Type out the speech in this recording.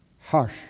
hush